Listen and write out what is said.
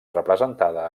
representada